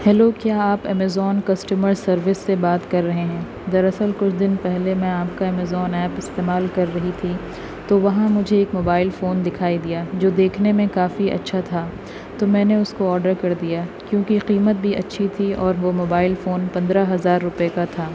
hello کیا آپ Amazon customer service سے بات کر رہے ہیں دراصل کچھ دن پہلے میں آپ کا امازون ایپ استعمال کر رہی تھی تو وہاں مجھے ایک موبائل فون دکھائی دیا جو دیکھنے میں کافی اچھا تھا تو میں نے اس کو آڈر کر دیا کیونکہ قیمت بھی اچھی تھی اور وہ موبائل فون پندرہ ہزار روپئے کا تھا